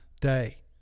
Day